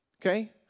Okay